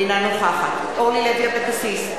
אינה נוכחת אורלי לוי אבקסיס,